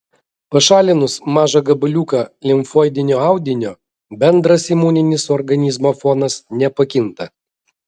pašalinus mažą gabaliuką limfoidinio audinio bendras imuninis organizmo fonas nepakinta